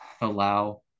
allow